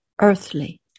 earthly